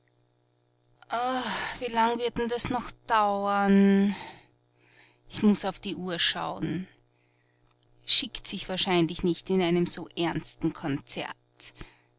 wie lang wird denn das noch dauern ich muß auf die uhr schauen schickt sich wahrscheinlich nicht in einem so ernsten konzert